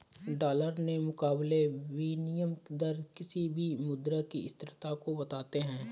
dollar के मुकाबले विनियम दर किसी भी मुद्रा की स्थिरता को बताते हैं